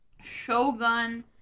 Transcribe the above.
Shogun